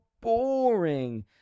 boring